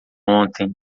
ontem